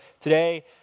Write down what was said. today